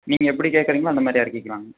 நீங்கள் எப்படி கேட்குறீங்களோ அந்தமாதிரி இறக்கிகலாங்க